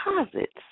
deposits